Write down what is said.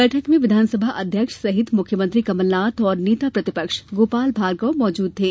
बैठक में विधानसभा अध्यक्ष सहित मुख्यमंत्री कमलनाथ और नेता प्रतिपक्ष गोपाल भार्गव मौजूद थे